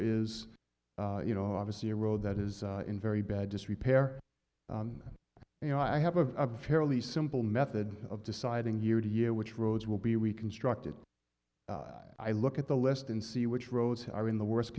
is you know obviously a road that is in very bad disrepair you know i have a fairly simple method of deciding year to year which roads will be reconstructed i look at the list and see which roads are in the worst